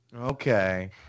Okay